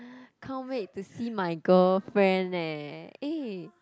can't wait to see my girlfriend leh eh